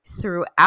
throughout